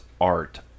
art